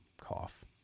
Cough